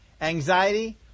anxiety